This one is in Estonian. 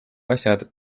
asjad